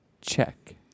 check